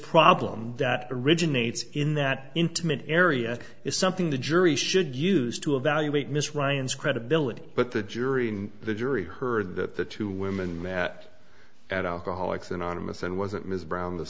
problem that originates in that intimate area is something the jury should use to evaluate miss ryan's credibility but the jury in the jury heard that the two women met at alcoholics anonymous and was it ms brown the